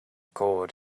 cord